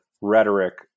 rhetoric